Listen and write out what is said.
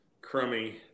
crummy